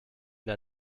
der